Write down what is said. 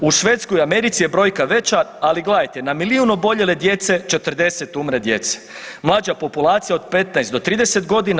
U Švedskoj i Americi je brojka veća, ali gledajte, na milijun oboljele djece, 40 umre djece, mlađa populacija od 15 do 30.g.